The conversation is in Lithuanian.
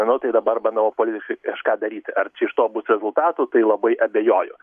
nu tai dabar bandoma politikai kažką daryti ar čia iš to bus rezultatų tai labai abejoju